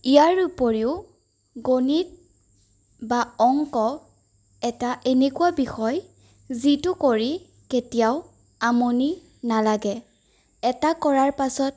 ইয়াৰ উপৰিও গণিত বা অংক এটা এনেকুৱা বিষয় যিটো কৰি কেতিয়াও আমনি নালাগে এটা কৰাৰ পাছত